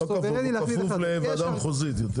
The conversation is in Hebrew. הוא סוברני להחליט --- הוא כפוף לוועדה מחוזית יותר.